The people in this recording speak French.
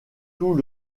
tout